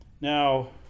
Now